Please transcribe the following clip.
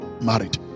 married